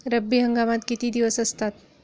रब्बी हंगामात किती दिवस असतात?